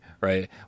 right